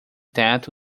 teto